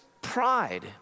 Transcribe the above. pride